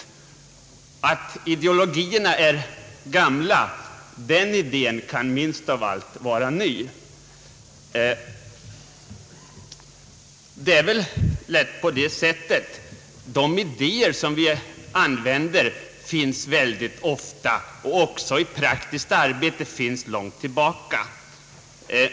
Idén om att ideologierna är gamla kan minst av allt vara ny.» Det är väl på det sättet att de idéer som vi använder ofta finns långt tillbaka — också i praktiskt arbete.